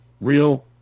real